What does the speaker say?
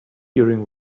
during